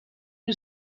you